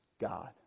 God